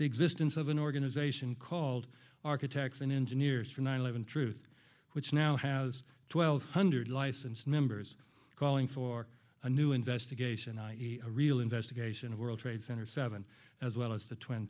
the existence of an organization called architects and engineers for nine eleven truth which now has twelve hundred licensed members calling for a new investigation i e a real investigation of world trade center seven as well as the twin